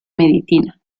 medicina